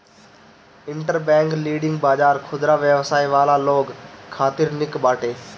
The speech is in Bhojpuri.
इंटरबैंक लीडिंग बाजार खुदरा व्यवसाय वाला लोग खातिर निक बाटे